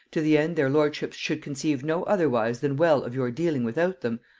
to the end their lordships should conceive no otherwise than well of your dealing without them,